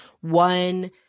one